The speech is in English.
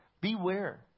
Beware